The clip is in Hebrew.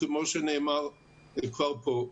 כמו שנאמר כבר פה,